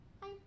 hi